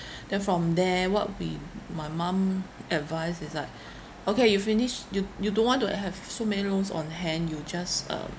then from there what we my mom advice is that okay you finish you you don't want to have so many loans on hand you just um